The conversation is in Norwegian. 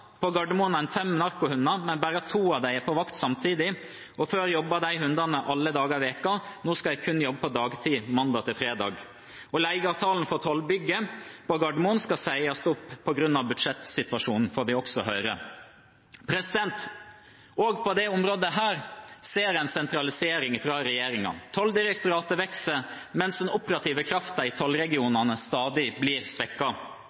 På Gardermoen har en fem narkohunder, men bare to av dem er på vakt samtidig. Før jobbet hundene alle dager i uken. Nå skal de kun jobbe på dagtid, mandag til fredag leieavtalen for tollbygget på Gardermoen skal sies opp på grunn av budsjettsituasjonen Også på dette området ser en sentralisering fra regjeringen. Tolldirektoratet vokser, mens den operative kraften i